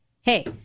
Hey